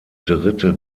dritte